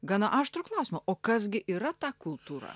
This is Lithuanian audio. gana aštrų klausimą o kas gi yra ta kultūra